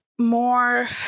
more